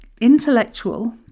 intellectual